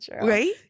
Right